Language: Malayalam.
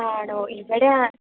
ആണോ ഇവിടെയാ